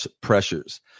pressures